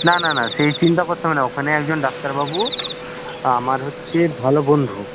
না না না সেই চিন্তা করতে হবে না ওখানে একজন ডাক্তারবাবু আমার হচ্ছে ভালো বন্ধু